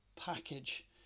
package